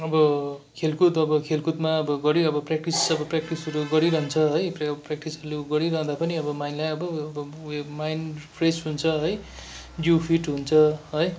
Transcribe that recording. अब खेलकुद अब खेलकुदमा अब गरी अब प्राक्टिस अब प्राक्टिसहरू गरिरहन्छ है प्रायः प्राक्टिसले गरिरहँदा पनि अब माइन्डलाई अब अब उयो माइन्ड फ्रेस हुन्छ है जिउ फिट हुन्छ है